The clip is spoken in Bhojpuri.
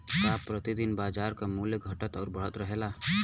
का प्रति दिन बाजार क मूल्य घटत और बढ़त रहेला?